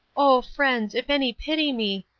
oh friends! if any pity me,